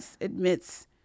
admits